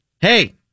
Hey